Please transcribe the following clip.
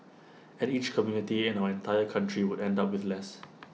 and each community and our entire country would end up with less